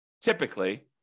typically